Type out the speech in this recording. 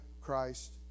Christ